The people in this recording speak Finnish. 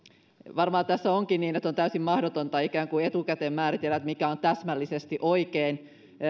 varmaan tässä onkin niin että on täysin mahdotonta ikään kuin etukäteen määritellä mikä on täsmällisesti oikein